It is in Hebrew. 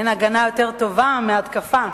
אין הגנה יותר טובה מהתקפה.